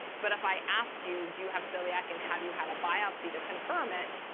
but if i ask you, do you have celiac, and have you had a biopsy to confirm it,